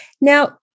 now